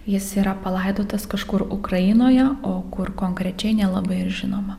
jis yra palaidotas kažkur ukrainoje o kur konkrečiai nelabai ir žinoma